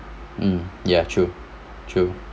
mm ya true true